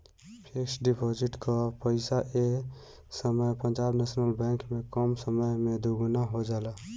fix deposit कअ पईसा ए समय पंजाब नेशनल बैंक में कम समय में दुगुना हो जाला